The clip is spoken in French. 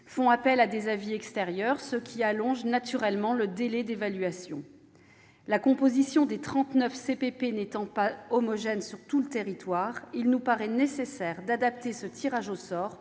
font appel à des avis extérieurs, ce qui allonge naturellement le délai d'évaluation. La composition des trente-neuf CPP n'étant pas homogène sur tout le territoire, il nous paraît nécessaire d'adapter ce tirage au sort